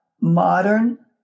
modern